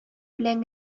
белән